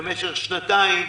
במשך שנתיים,